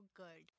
good